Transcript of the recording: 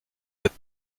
with